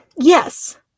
yes